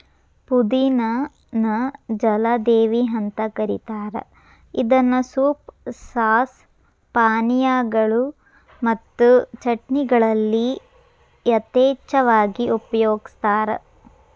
ಪುದಿನಾ ನ ಜಲದೇವಿ ಅಂತ ಕರೇತಾರ ಇದನ್ನ ಸೂಪ್, ಸಾಸ್, ಪಾನೇಯಗಳು ಮತ್ತು ಚಟ್ನಿಗಳಲ್ಲಿ ಯಥೇಚ್ಛವಾಗಿ ಉಪಯೋಗಸ್ತಾರ